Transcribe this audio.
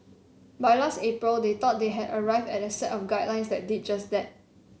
by last April they thought they had arrived at a set of guidelines that did just that